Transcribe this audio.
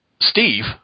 Steve